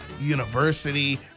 University